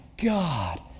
God